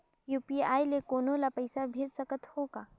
UPI ले कोनो ला पइसा भेज सकत हों का?